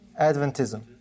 Adventism